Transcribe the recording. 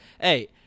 Hey